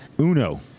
Uno